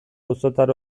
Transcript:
auzotar